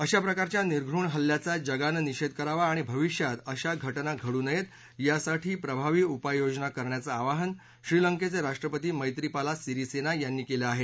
अशा प्रकारच्या निर्घृण हल्ल्याचा जगानं निषेध करावा आणि भविष्यात अशा घटना घडू नयेत यासाठी प्रभावी उपाययोजना करण्याचं आवाहन श्रीलंकेचे राष्ट्रपती मैत्रीपाला सिरीसेना यांनी केलं आहे